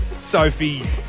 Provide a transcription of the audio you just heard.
Sophie